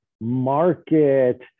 market